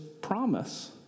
promise